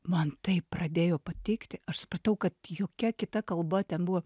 man taip pradėjo patikti aš supratau kad jokia kita kalba ten buvo